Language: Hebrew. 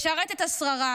לשרת את השררה,